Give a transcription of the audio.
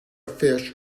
fish